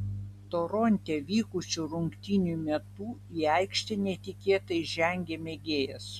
toronte vykusių rungtynių metu į aikštę netikėtai žengė mėgėjas